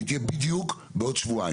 היא תהיה בדיוק בעוד שבועיים.